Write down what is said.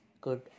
good